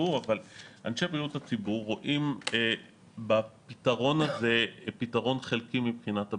אבל אנשי בריאות הציבור רואים בפתרון הזה פתרון חלקי מבחינת הבטיחות.